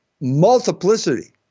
multiplicity